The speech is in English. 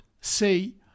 say